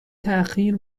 تاخیر